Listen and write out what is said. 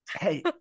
Hey